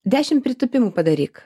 dešim pritūpimų padaryk